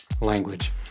language